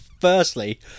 Firstly